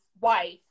wife